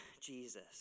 Jesus